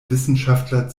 wissenschaftler